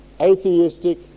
atheistic